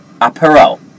Apparel